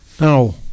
Now